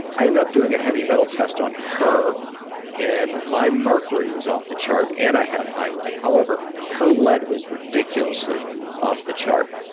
i ended up doing a heavy metal test on her and my mercury was off the chart, and i had high lead. however, her lead was ridiculously off the chart.